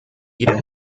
jeder